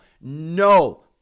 No